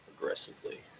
...aggressively